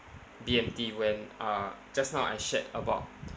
B_M_T when uh just now I shared about